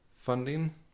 funding